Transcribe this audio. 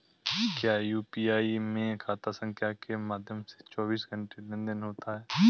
क्या यू.पी.आई में खाता संख्या के माध्यम से चौबीस घंटे लेनदन होता है?